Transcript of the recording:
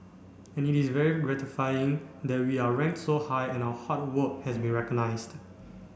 and it's very gratifying that we are rank so high and our hard work has been recognised